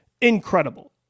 incredible